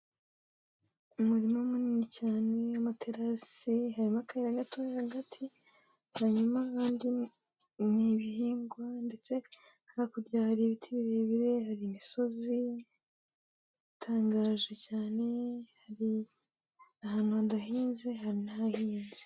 Umurima munini cyane w'amaterasi, harimo akayira gatoya hagati, hanyuma ahandi ni ibihingwa, ndetse hakurya hari ibiti birebire, hari imisozi itangaje cyane, hari ahantu hadahinze, hari n'ahahinze.